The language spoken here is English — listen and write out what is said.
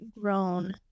grown